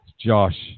Josh